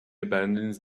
abandons